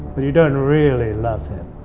but you don't really love him,